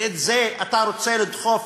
ואת זה אתה רוצה לדחוף.